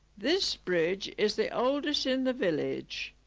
this bridge is the oldest in the village.